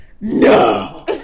No